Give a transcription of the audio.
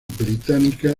británica